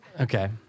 Okay